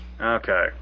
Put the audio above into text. Okay